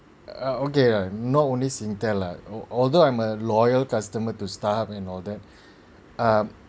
ah okay lah not only singtel lah although I'm a loyal customer to star and all that err